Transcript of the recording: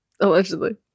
Allegedly